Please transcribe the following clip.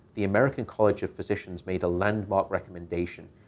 the american college of physicians made a landmark recommendation.